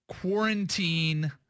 quarantine